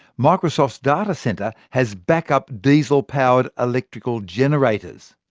microsoft's data centre has backup diesel-powered electrical generators.